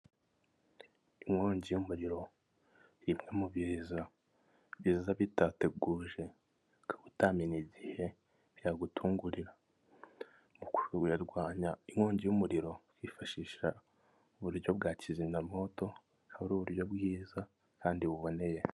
Inkongi y'umuriro, imwe mu biza biza bitateguje ukaba utamenya igihe byagutungurira, mu kurwanya inkongi y'umuriro wifashisha uburyo bwa kizimyamoto, buba ari uburyo bwiza kandi buboneye.